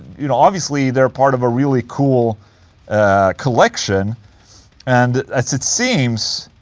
you know, obviously they're part of a really cool collection and as it seems.